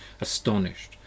Astonished